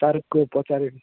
ସାର୍ଙ୍କୁ ପଚାରିବି